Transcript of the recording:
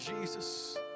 Jesus